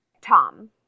Tom